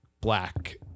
black